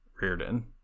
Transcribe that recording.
Reardon